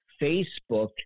Facebook